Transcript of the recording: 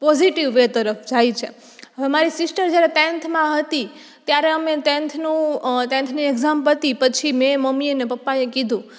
positive way તરફ જાય છે હવે મારી સિસ્ટર જ્યારે ટેંથમાં હતી ત્યારે અમે ટેંથનું ટેંથની એક્ઝામ પતી પછી મેં મમ્મીએ અને પપ્પાએ કહ્યું